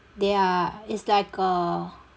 they are it's like a